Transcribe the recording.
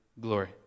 glory